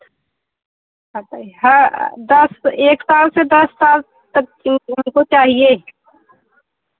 हा दस तो एक साल से दस साल तक की हमको चाहिए